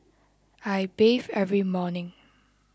I bathe every morning